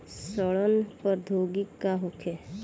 सड़न प्रधौगकी का होखे?